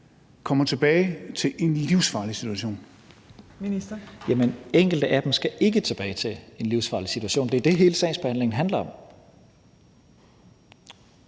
(Mattias Tesfaye): Jamen enkelte af dem skal ikke tilbage til en livsfarlig situation. Det er det, hele sagsbehandlingen handler om.